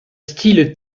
style